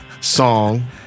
song